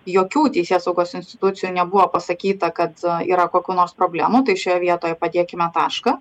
jokių teisėsaugos institucijų nebuvo pasakyta kad yra kokių nors problemų tai šioje vietoje padėkime tašką